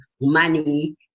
money